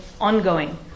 ongoing